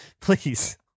Please